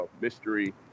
Mystery